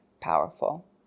powerful